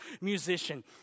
musician